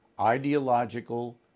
ideological